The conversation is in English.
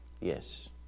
Yes